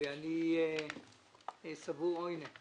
אני סבור שהפעילות שלך